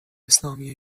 اسلامی